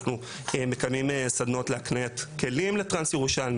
אנחנו מקיימים סדנאות להקניית כלים לטרנס ירושלמים